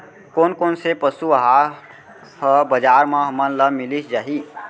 कोन कोन से पसु आहार ह बजार म हमन ल मिलिस जाही?